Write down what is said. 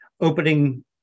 opening